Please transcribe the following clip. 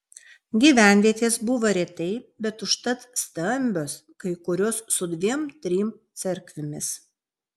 gyvenvietės buvo retai bet užtat stambios kai kurios su dviem trim cerkvėmis